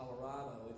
Colorado